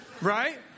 Right